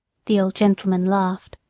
the old gentleman laughed.